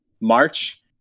March